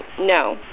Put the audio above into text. no